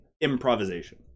improvisation